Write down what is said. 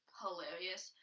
hilarious